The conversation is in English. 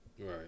Right